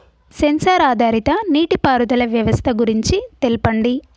Censor ఆధారిత నీటిపారుదల వ్యవస్థ గురించి తెల్పండి?